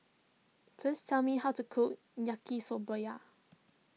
please tell me how to cook Yaki Soba Yar